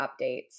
updates